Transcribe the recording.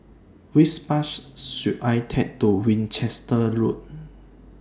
Which Bus should I Take to Winchester Road